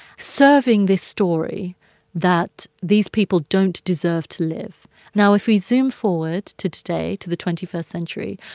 serving this story that these people don't deserve to live now, if we zoom forward to today, to the twenty first century,